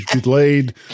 delayed